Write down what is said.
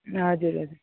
हजुर हजुर